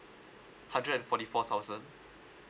hundred and forty four thousand